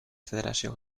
federació